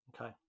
Okay